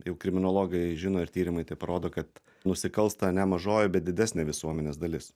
jau kriminologai žino ir tyrimai tai parodo kad nusikalsta ne mažoji bet didesnė visuomenės dalis